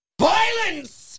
Violence